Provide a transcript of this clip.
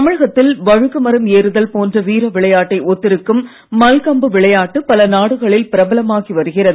தமிழகத்தில் வழுக்கு மரம் ஏறுதல் போன்ற வீர விளையாட்டை ஒத்திருக்கும் மல்கம்பு விளையாட்டு பல நாடுகளில் பிரபலமாகி வருகிறது